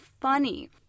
funny